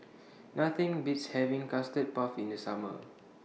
Nothing Beats having Custard Puff in The Summer